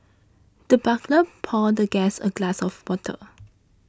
the butler poured the guest a glass of water